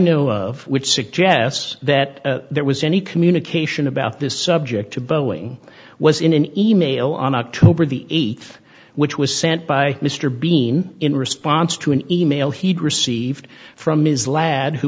know of which suggests that there was any communication about this subject to boeing was in an e mail on october the eighth which was sent by mr bean in response to an e mail he'd received from ms lad who